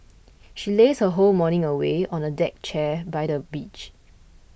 she lazed her whole morning away on a deck chair by the beach